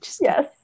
Yes